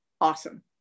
Awesome